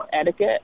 etiquette